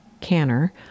canner